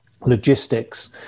logistics